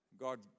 God